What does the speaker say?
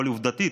אבל עובדתית,